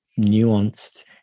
nuanced